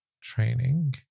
training